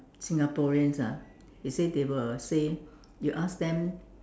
Singaporeans ah he say they will say you ask them